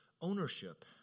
ownership